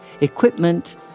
Equipment